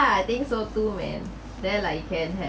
yeah I think so too man then like you can have